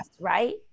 right